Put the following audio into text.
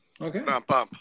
Okay